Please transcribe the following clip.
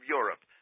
Europe